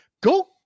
Go